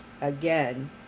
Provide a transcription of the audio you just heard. again